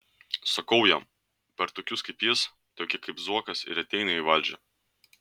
sakau jam per tokius kaip jis tokie kaip zuokas ir ateina į valdžią